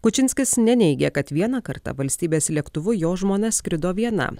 kučinskis neneigia kad vieną kartą valstybės lėktuvu jo žmona skrido viena